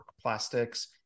plastics